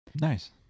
Nice